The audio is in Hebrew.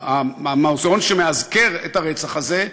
המוזיאון שמאזכר את הרצח הזה,